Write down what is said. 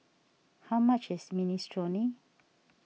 how much is Minestrone